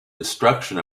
destruction